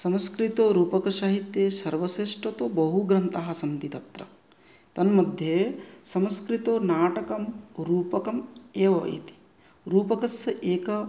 संस्कृतरूपकसाहित्ये सर्वश्रेष्ठ तु बहु ग्रन्थाः सन्ति तत्र तन्मध्ये संस्क़ृतनाटकं रूपकम् एव इति रूपकस्य एक